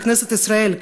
בכנסת ישראל,